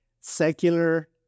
secular